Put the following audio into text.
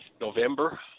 November